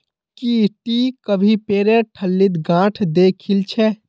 की टी कभी पेरेर ठल्लीत गांठ द खिल छि